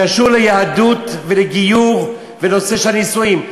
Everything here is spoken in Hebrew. קשור ליהדות ולגיור ונושא של הנישואים.